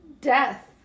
death